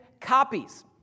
copies